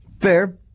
Fair